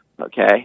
okay